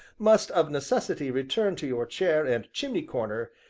must, of necessity, return to your chair and chimney-corner,